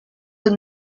and